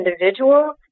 individuals